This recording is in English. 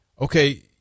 okay